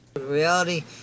Reality